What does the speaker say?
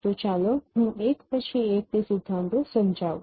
તો ચાલો હું એક પછી એક તે સિદ્ધાંતો સમજાવું